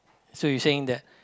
so you saying that